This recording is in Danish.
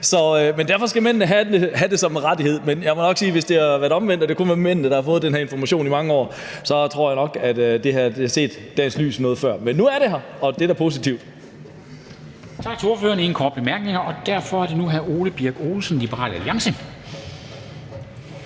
Men mændene skal alligevel have det som en rettighed, men jeg må nok sige, at hvis det havde været omvendt, og at det kun havde været mændene, der havde fået den her information i mange år, så tror jeg nok, at det her havde set dagens lys noget før. Men nu er det her, og det er da positivt. Kl. 13:58 Formanden (Henrik Dam Kristensen): Tak til ordføreren. Der er ingen korte bemærkninger, og derfor er det nu hr. Ole Birk Olsen, Liberal Alliance.